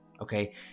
okay